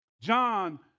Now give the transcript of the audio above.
John